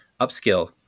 upskill